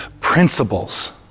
principles